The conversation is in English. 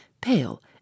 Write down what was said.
pale